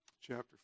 chapter